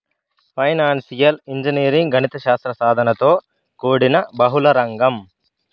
financial engineering గణిత శాస్త్ర సాధనలతో కూడిన బహుళ రంగం